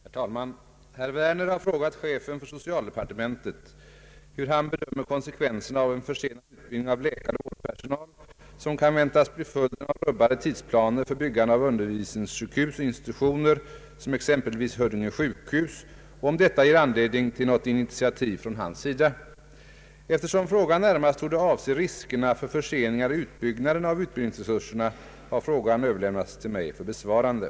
Herr talman! Herr Werner har frågat chefen för socialdepartementet hur han bedömer konsekvenserna av en försenad utbildning av läkaroch vårdpersonal, som kan väntas bli följden av rubbade tidsplaner för byggande av undervisningssjukhus och institutioner, exempelvis Huddinge sjukhus, och om detta ger anledning till något initiativ från hans sida. Eftersom frågan närmast torde avse riskerna för förseningar i utbyggnaden av utbildningsresurserna har frågan överlämnats till mig för besvarande.